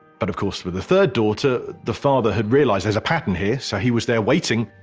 but of course for the third daughter, the father had realized, there's a pattern here, so he was there waiting,